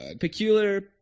peculiar